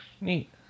neat